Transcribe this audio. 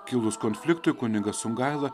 kilus konfliktui kunigas sungaila